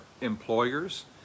employers